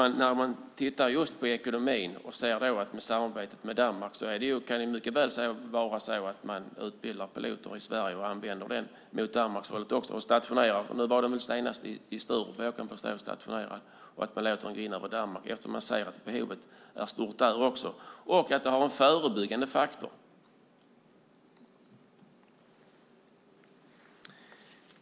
När man tittar på ekonomin och samarbetet med Danmark kan det mycket väl vara så att man utbildar piloter i Sverige och använder dem även mot Danmarkshållet. Vad jag förstår var de senast stationerade i Sturup. Man kunde låta dem gå in över Danmark eftersom behovet även där är stort. Dessutom har det en förebyggande verkan.